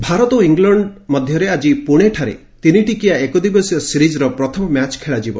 cricket Bharat ଓ England ମଧ୍ୟରେ ଆଜି ପୁଣେଠାରେ ତିନିଟିକିଆ ଏକଦିବସୀୟ ସିରିଜ୍ର ପ୍ରଥମ ମ୍ୟାଚ୍ ଖେଳାଯିବ